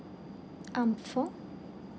um four